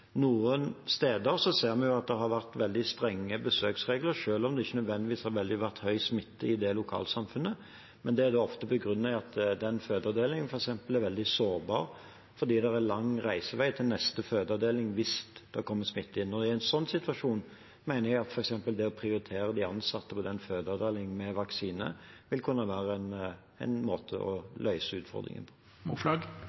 noen steder ser vi jo at det har vært veldig strenge besøksregler, selv om det ikke nødvendigvis har vært høy smitte i det lokalsamfunnet, men da er det ofte begrunnet i at den fødeavdelingen, f.eks., er veldig sårbar fordi det er lang reisevei til neste fødeavdeling hvis det kommer smitte inn. Og i en sånn situasjon mener jeg at f.eks. det å prioritere vaksine for de ansatte ved den fødeavdelingen vil kunne være en måte